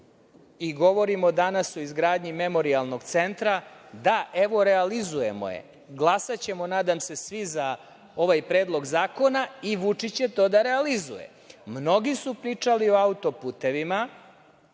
i govorimo danas o izgradnji Memorijalnog centra. Da, evo realizujemo je, glasaćemo, nadam se, svi za ovaj predlog zakona i Vučić će to da realizuje. Mnogi su pričali o auto-putevima,